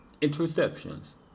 interceptions